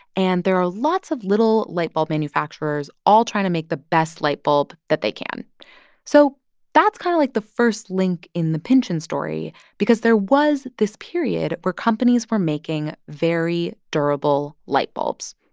and there are lots of little light bulb manufacturers all trying to make the best light bulb that they can so that's kind of, like, the first link in the pynchon story because there was this period where companies were making very durable light bulbs,